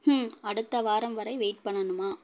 ஹும் அடுத்த வாரம் வரை வெயிட் பண்ணணுமா